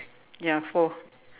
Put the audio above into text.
ya four